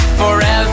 forever